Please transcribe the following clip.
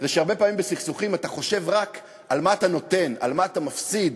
זה שהרבה פעמים בסכסוכים אתה חושב רק מה אתה נותן ומה אתה מפסיד.